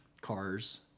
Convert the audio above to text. cars